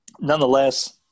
nonetheless